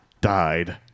Died